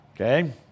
Okay